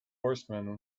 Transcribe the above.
horsemen